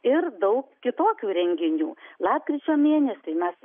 ir daug kitokių renginių lapkričio mėnesį mes